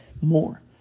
more